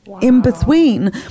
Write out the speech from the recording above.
in-between